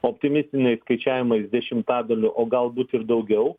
optimistiniais skaičiavimais dešimtadaliu o galbūt ir daugiau